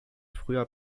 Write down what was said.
früher